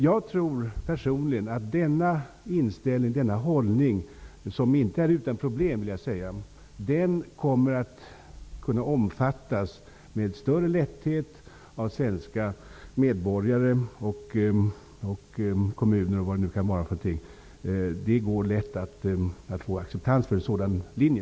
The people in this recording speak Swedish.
Jag tror personligen att denna inställning, denna hållning, som inte är utan problem, kommer att kunna omfattas med större lätthet av svenska medborgare, kommuner och andra. Jag tror att det går lätt att få acceptans för en sådan linje.